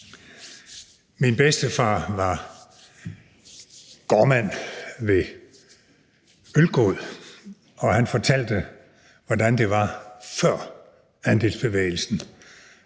Min bedstefar var gårdmand ved Ølgod, og han fortalte, hvordan det var før andelsbevægelsen: